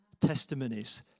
testimonies